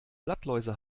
blattläuse